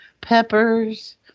peppers